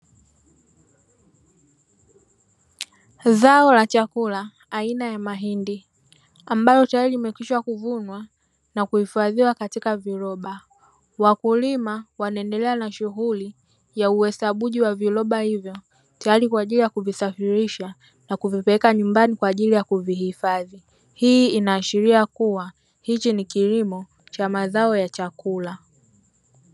Zao la chakula aina ua mahindi ambalo teyari limekishwa kuvunwa na kuhifadhiwa katika viroba, wakulima wanaendelea na shughuli ya uhesabuji wa viroba hivyo teyari kwa ajili ya kuvisafirisha na kuvipeleka nyumbani kwa ajili ya kuvihifadhi. Hii inaashiria kuwa hichi ni kilimo cha mazao ya chakula.